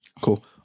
Cool